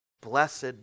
Blessed